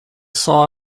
saw